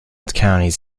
counties